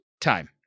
time